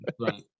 Right